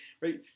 right